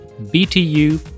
btu